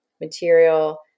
material